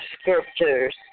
scriptures